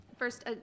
First